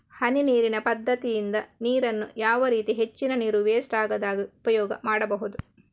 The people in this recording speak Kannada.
ಹನಿ ನೀರಿನ ಪದ್ಧತಿಯಿಂದ ನೀರಿನ್ನು ಯಾವ ರೀತಿ ಹೆಚ್ಚಿನ ನೀರು ವೆಸ್ಟ್ ಆಗದಾಗೆ ಉಪಯೋಗ ಮಾಡ್ಬಹುದು?